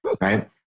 right